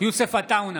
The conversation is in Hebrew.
יוסף עטאונה,